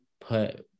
put